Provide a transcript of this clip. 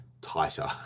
tighter